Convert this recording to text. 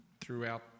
throughout